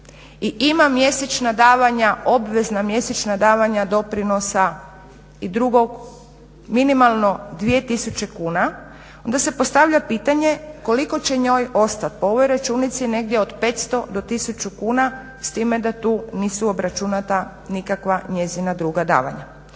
obvezna mjesečna davanja doprinosa i drugog minimalno 2000 kuna onda se postavlja pitanje koliko će njoj ostat. Po ovoj računici negdje od 500 do 1000 kuna s time da tu nisu obračunata nikakva njezina druga davanja.